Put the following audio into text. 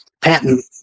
patent